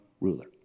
ruler